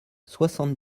soixante